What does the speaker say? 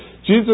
Jesus